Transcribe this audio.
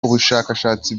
ubushakashatsi